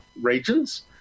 regions